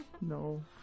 No